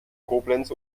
koblenz